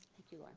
thank you. oh,